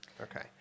Okay